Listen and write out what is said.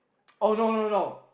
oh no no no